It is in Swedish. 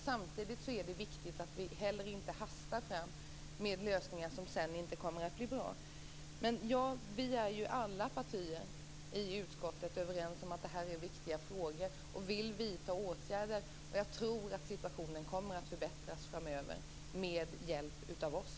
Samtidigt är det viktigt att vi inte hastar fram lösningar som sedan inte kommer att bli bra. Alla partier i utskottet är ju överens om att det här är viktiga frågor. Vi vill vidta åtgärder. Jag tror att situationen kommer att förbättras framöver med hjälp av oss.